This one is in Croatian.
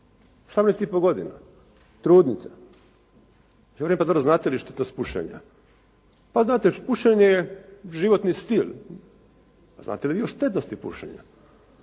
18 i po godina, trudnica. Ja velim: «Pa dobro znate li štetnost pušenja?» «Pa znate pušenje je životni stil». «A znate li vi o štetnosti pušenja?»